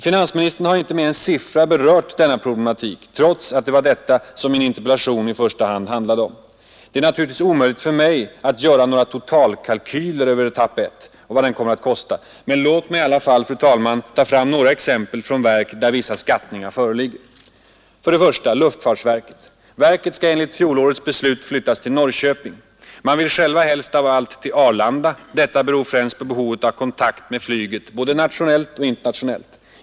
Finansministern har inte med en siffra berört denna problematik, trots att det var detta som min interpellation främst handlade om. Det är naturligtvis omöjligt för mig att göra några totalkalkyler över etapp 1 och vad den kommer att kosta, men låt mig i alla fall, fru talman, ta fram några exempel från verk där vissa skattningar föreligger. Verket skall enligt fjolårets beslut flyttas till Norrköping. Man vill själv helst av allt till Arlanda. Detta beror främst på behovet av kontakt med flyget, både nationellt och internationellt.